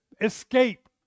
escape